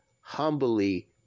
humbly